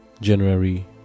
January